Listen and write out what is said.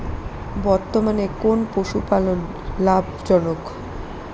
বর্তমানে কোন পশুপালন লাভজনক?